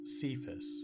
Cephas